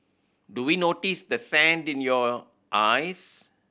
do we notice the sand in your eyes